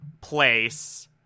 place